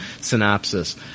synopsis